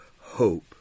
hope